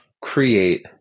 create